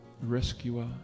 Rescuer